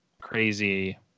crazy